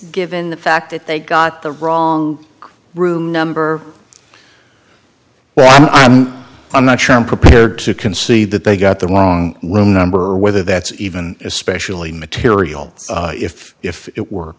given the fact that they got the wrong room number well i'm i'm not sure i'm prepared to concede that they got the wrong will number or whether that's even especially material if if it were